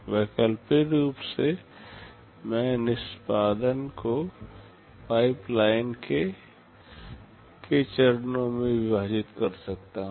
वैकल्पिक रूप से मैं निष्पादन को पाइपलाइन के k चरणों में विभाजित कर सकता हूं